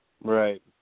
Right